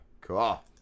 cool